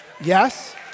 Yes